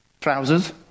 trousers